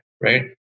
Right